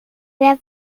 wer